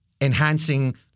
enhancing